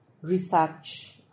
research